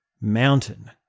mountain